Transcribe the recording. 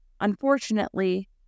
Unfortunately